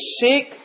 seek